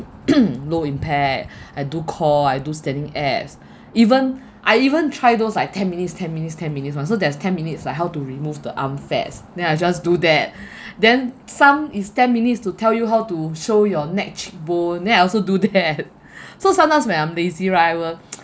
low impact I do core I do standing abs even I even try those like ten minutes ten minutes ten minutes [one] so there's ten minutes like how to remove the arm fats then I just do that then some is ten minutes to tell you how to show your neck bone then I also do that so sometimes when I'm lazy right I'll